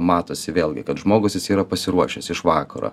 matosi vėlgi kad žmogus jis yra pasiruošęs iš vakaro